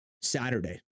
Saturday